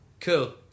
cool